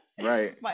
right